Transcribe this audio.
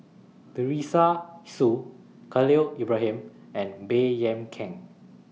Teresa Hsu Khalil Ibrahim and Baey Yam Keng